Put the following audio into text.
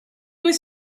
was